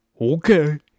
okay